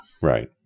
Right